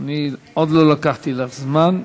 אני עוד לא לקחתי לך זמן.